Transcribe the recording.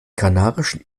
kanarischen